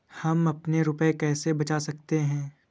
हम अपने रुपये कैसे बचा सकते हैं?